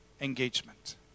engagement